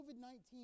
COVID-19